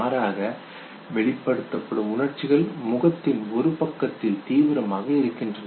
மாறாக வெளிப்படுத்தபடும் உணர்ச்சிகள் முகத்தின் ஒரு பக்கத்தில் தீவிரமாக இருக்கின்றன